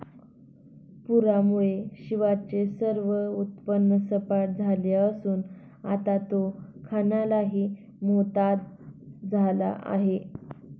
पूरामुळे शिवाचे सर्व उत्पन्न सपाट झाले असून आता तो खाण्यालाही मोताद झाला आहे